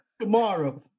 tomorrow